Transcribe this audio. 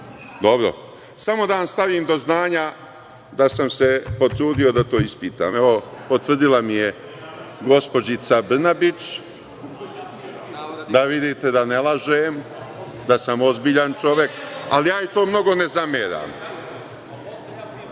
Dobro, samo da vam stavim do znanja da sam se potrudio da to ispitam. Evo, potvrdila mi je gospođica Brnabić, da vidite da ne lažem, da sam ozbiljan čovek, ali ja joj to mnogo ne zameram. Ovo